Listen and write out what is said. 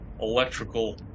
electrical